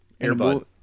Airbud